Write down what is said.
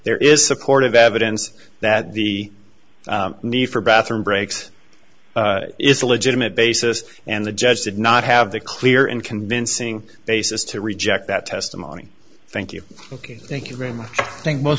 there is supportive evidence that the need for bathroom breaks is a legitimate basis and the judge did not have the clear and convincing basis to reject that testimony thank you thank you very much i think most